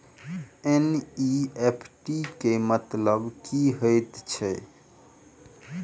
NEFT केँ मतलब की हएत छै?